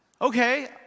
Okay